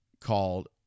called